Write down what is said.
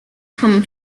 tom